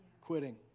quitting